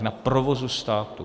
Na provozu státu.